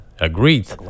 agreed